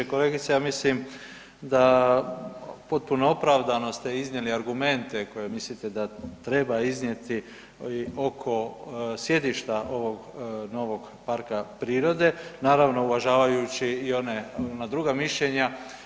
Kolegice, ja mislim da potpuno opravdano ste iznijeli argumente koje mislite da treba iznijeti oko sjedišta ovog novog parka prirode naravno uvažavajući i ona druga mišljenja.